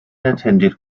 attended